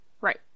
Right